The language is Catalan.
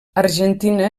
argentina